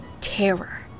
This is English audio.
terror